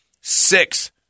six